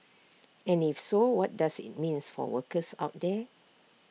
and if so what does IT means for workers out there